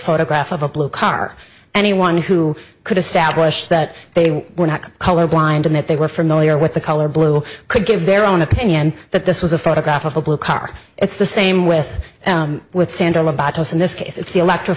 photograph of a blue car anyone who could establish that they were not colorblind and that they were from the way or what the color blue could give their own opinion that this was a photograph of a blue car it's the same with with sandal about us in this case it's the electra